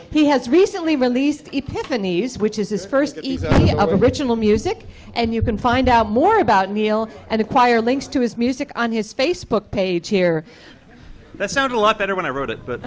he has recently released a nice which is his first album ritual music and you can find out more about neil and acquire links to his music on his facebook page here that sound a lot better when i wrote it but